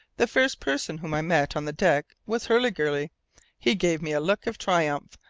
the first person whom i met on the deck was hurliguerly he gave me a look of triumph,